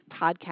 podcast